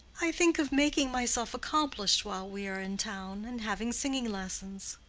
i think of making myself accomplished while we are in town, and having singing lessons.